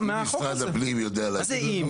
אם משרד הפנים יודע להגיד את זה.